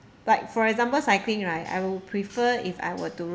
like for example cycling right I will prefer if I